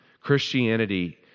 Christianity